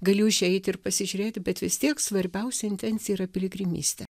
gali užeiti ir pasižiūrėti bet vis tiek svarbiausia intencija yra piligrimystė